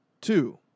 Two